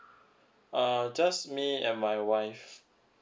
uh just me and my wife